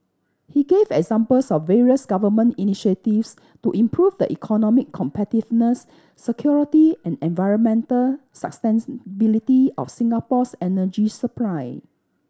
he gave examples of various Government initiatives to improve the economic competitiveness security and environmental sustainability of Singapore's energy supply